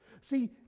See